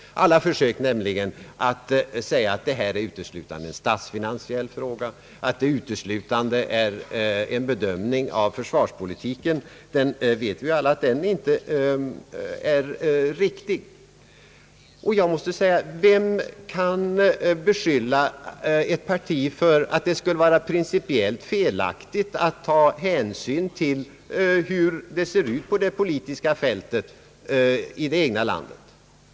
Alla försök att säga, att detta uteslutande är en statsfinansiell fråga och att det uteslutande gäller en bedömning av försvarspolitiken, vet vi är inte riktiga. Vem kan beskylla ett parti för att det skulle vara principiellt felaktigt att ta hänsyn till hur det ser ut på det poli tiska fältet i det egna landet?